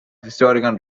historian